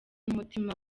n’umutima